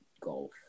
golf